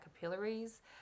capillaries